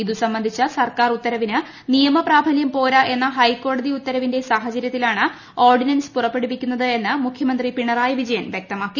ഇത് സംബന്ധിച്ച സർക്കാർ ഉത്തരവിന് നിയമ പ്രാബല്യം പോരാ എന്ന ഹൈക്കോടതി ഉത്തരവിന്റെ സാഹചര്യത്തിലാണ് ഓർഡിനൻസ് പുറപ്പെടുവിക്കുന്നതെന്ന് മുഖ്യമന്ത്രി പിണറായി വിജയൻ വ്യക്തമാക്കി